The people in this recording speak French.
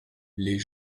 les